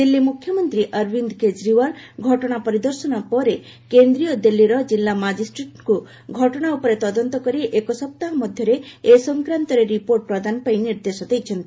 ଦିଲ୍ଲୀ ମୁଖ୍ୟମନ୍ତ୍ରୀ ଅରବିନ୍ଦ୍ କେଜରିଓ୍ବାଲ୍ ଘଟଣା ପରିଦର୍ଶନ ପରେ କେନ୍ଦ୍ରୀୟ ଦିଲ୍ଲୀର ଜିଲ୍ଲା ମାଜିଷ୍ଟ୍ରେଟ୍ଙ୍କୁ ଘଟଣା ଉପରେ ତଦନ୍ତ କରି ଏକ ସପ୍ତାହ ମଧ୍ୟରେ ଏ ସଂକ୍ରାନ୍ତରେ ରିପୋର୍ଟ ପ୍ରଦାନ ପାଇଁ ନିର୍ଦ୍ଦେଶ ଦେଇଛନ୍ତି